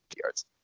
yards